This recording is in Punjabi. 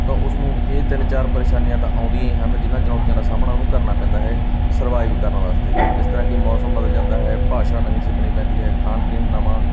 ਤਾਂ ਉਸ ਨੂੰ ਇਹ ਤਿੰਨ ਚਾਰ ਪਰੇਸ਼ਾਨੀਆਂ ਤਾਂ ਆਉਂਦੀਆਂ ਹੀ ਹਨ ਜਿਨ੍ਹਾਂ ਚੁਣੌਤੀਆਂ ਦਾ ਸਾਹਮਣਾ ਉਹਨੂੰ ਕਰਨਾ ਪੈਂਦਾ ਹੈ ਸਰਵਾਈਵ ਕਰਨ ਵਾਸਤੇ ਜਿਸ ਤਰ੍ਹਾਂ ਕਿ ਮੌਸਮ ਬਦਲ ਜਾਂਦਾ ਹੈ ਭਾਸ਼ਾ ਨਵੀਂ ਸ਼ਿਖਣੀ ਪੈਂਦੀ ਹੈ ਖਾਣ ਪੀਣ ਨਵਾਂ